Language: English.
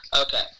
Okay